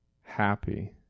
happy